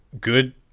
good